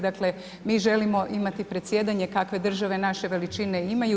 Dakle, mi želimo imati predsjedanje kakve države naše veličine imaju.